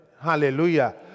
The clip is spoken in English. Hallelujah